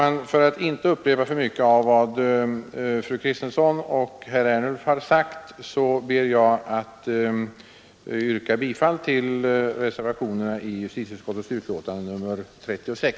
Jag behöver i övrigt inte upprepa vad fru Kristensson och herr Ernulf har sagt utan ber med det anförda att få yrka bifall till reservationerna vid justitieutskottets betänkande nr 36.